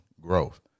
growth